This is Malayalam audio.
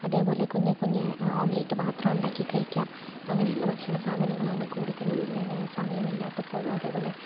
അതേപോലെ കുഞ്ഞു കുഞ്ഞു ഓംലറ്റുകള് മാത്രം ഉണ്ടാക്കി കഴിക്കാം അങ്ങനെയുള്ള ഭക്ഷണസാധനങ്ങളാണ് കൂടുതലും ഞാൻ സമയം ഇല്ലാത്തപ്പോഴും അതേപോലെ